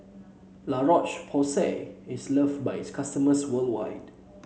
La Roche Porsay is loved by its customers worldwide